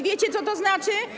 Wiecie, co to znaczy?